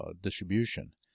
distribution